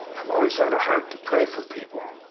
have always had a heart to pray for people.